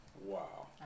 Wow